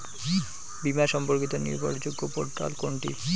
বীমা সম্পর্কিত নির্ভরযোগ্য পোর্টাল কোনটি?